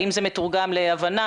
האם זה מתורגם להבנה,